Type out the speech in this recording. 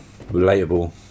relatable